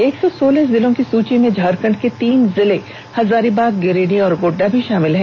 एक सौ सोलह जिलों की सूची में झारखंड के तीन जिले हजारीबाग गिरिडीह और गोड्डा भी शामिल हैं